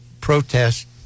protest